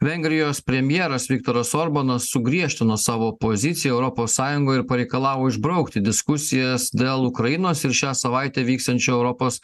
vengrijos premjeras viktoras orbanas sugriežtino savo poziciją europos sąjungoj ir pareikalavo išbraukti diskusijas dėl ukrainos ir šią savaitę vyksiančio europos